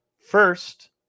first